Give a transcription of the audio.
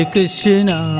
Krishna